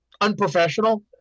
unprofessional